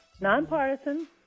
nonpartisan